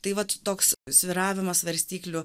tai vat toks svyravimas svarstyklių